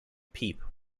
peep